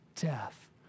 death